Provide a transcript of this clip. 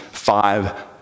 Five